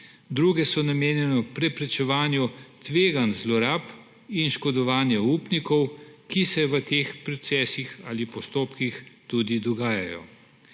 druge so namenjene preprečevanju tveganj zlorab in oškodovanja upnikov, ki se v teh procesih ali postopkih tudi dogajajo.